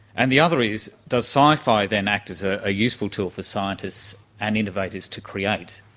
and the other is does sci-fi then act as a useful tool for scientists and innovators to create.